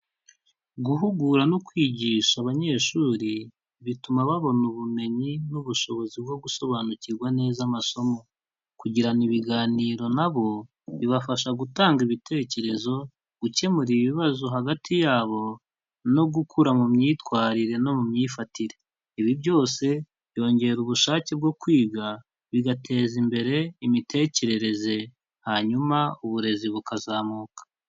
Guhugura no kwigisha abanyeshuri bituma babona ubumenyi n'ubushobozi bwo gusobanukirwa neza amasomo, kugirana ibiganiro na bo bibafasha gutanga ibitekerezo, gukemura ibibazo hagati yabo no gukura mu myitwarire no mu myifatire, ibi byose byongera ubushake bwo kwiga, bigateza imbere imitekerereze hanyuma uburezi bukazamuka.